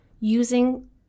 using